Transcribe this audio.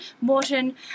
Morton